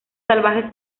salvajes